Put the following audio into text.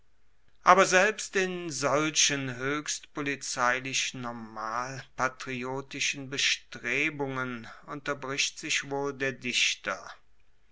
aber selbst in solchen hoechst polizeilich normal patriotischen bestrebungen unterbricht sich wohl der dichter